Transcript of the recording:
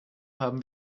haben